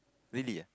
really ah